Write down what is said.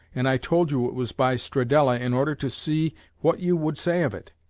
and i told you it was by stradella, in order to see what you would say of it.